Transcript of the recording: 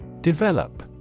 Develop